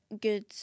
good